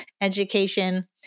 education